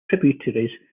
tributaries